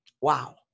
Wow